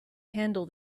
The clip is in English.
handle